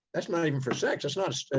that's not even for sex. that's not